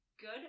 Good